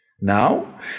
Now